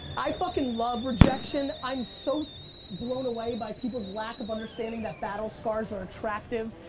i fuckin' love rejection. i'm so so blown away by people's lack of understanding that battle scars are attractive.